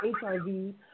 HIV